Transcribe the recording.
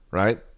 right